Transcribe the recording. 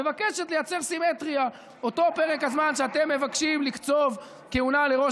מבקשת לייצר סימטריה: אותו פרק הזמן שאתם מבקשים לקצוב כהונה לראש